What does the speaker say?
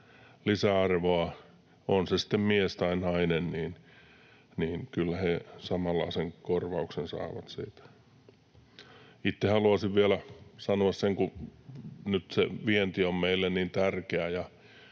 lisäarvoa, on se sitten mies tai nainen, niin kyllä he samanlaisen korvauksen saavat siitä. Itse haluaisin vielä sanoa sen, kun nyt se vienti on meille niin tärkeää: